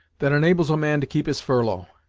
that enables a man to keep his furlough.